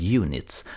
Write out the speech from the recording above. units